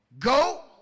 Go